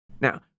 Now